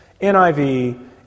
NIV